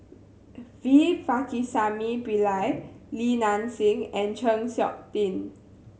V Pakirisamy Pillai Li Nanxing and Chng Seok Tin